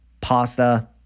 pasta